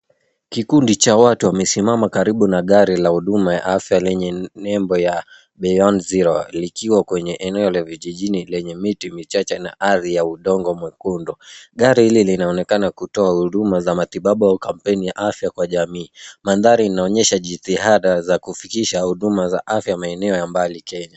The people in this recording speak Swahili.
Kikundi cha watu wamesimama karibu na gari la huduma ya afya lenye nembo ya Beyond Zero likiwa kwenye eneo la vijijini lenye miti michache na ardhi ya udongo mwekundu. Gari hili linaonekana kutoa huduma za matibabu au kampeni ya afya kwa jamii. Mandhari inaonyesha jitihada za kufikisha huduma za afya maeneo ya mbali kenya.